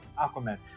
Aquaman